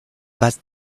bad